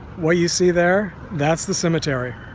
what you see there that's the cemetery